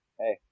Hey